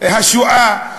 השואה,